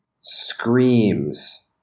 screams